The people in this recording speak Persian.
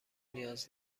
نیاز